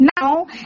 now